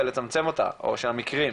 או של המקרים,